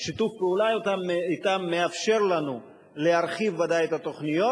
שיתוף הפעולה אתם מאפשר לנו ודאי להרחיב את התוכניות.